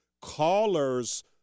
callers